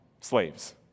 slaves